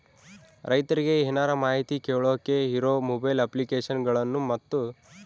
ರೈತರಿಗೆ ಏನರ ಮಾಹಿತಿ ಕೇಳೋಕೆ ಇರೋ ಮೊಬೈಲ್ ಅಪ್ಲಿಕೇಶನ್ ಗಳನ್ನು ಮತ್ತು?